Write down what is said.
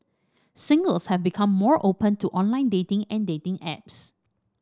singles have become more open to online dating and dating apps